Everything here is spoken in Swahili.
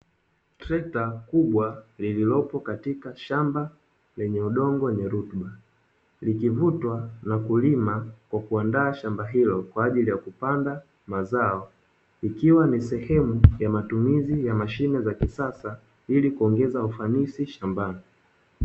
Trekta kubwa lililopo katika shamba lenye udongo wenye rutuba, likivutwa na kulima kwa kuandaa shamba hilo kwa jili ya kupanda mazao, ikiwa ni sehemu ya matumizi ya mashine za kisasa ili kuongeza ufanisi shambani.